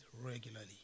regularly